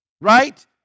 Right